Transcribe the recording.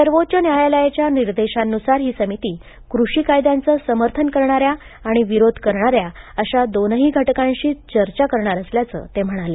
सर्वोच्च न्यायालयाच्या निर्देशांनुसार ही समिती कृषी कायद्यांचे समर्थन करणाऱ्या आणि विरोध करणाऱ्या अशा दोन्ही घटकांशी चर्चा करणार असल्याचं ते म्हणाले